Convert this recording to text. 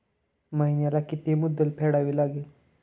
महिन्याला किती मुद्दल फेडावी लागेल?